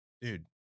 dude